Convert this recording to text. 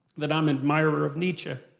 that i'm an admirer of nietzsche.